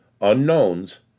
unknowns